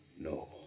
No